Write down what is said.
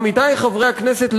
עמיתי חברי הכנסת,